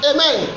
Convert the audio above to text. Amen